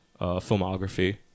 filmography